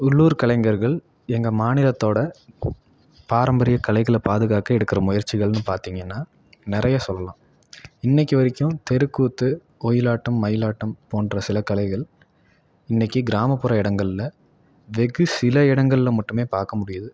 உள்ளூர் கலைஞர்கள் எங்கள் மாநிலத்தோடய பாரம்பரிய கலைகளை பாதுகாக்க எடுக்கிற முயற்சிகள்ன்னு பார்த்திங்கன்னா நிறைய சொல்லலாம் இன்றைக்கி வரைக்கும் தெருக்கூத்து ஒயிலாட்டம் மயிலாட்டம் போன்ற சில கலைகள் இன்றைக்கி கிராமப்புற இடங்கள்ல வெகு சில இடங்களில் மட்டுமே பார்க்க முடியுது